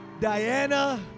Diana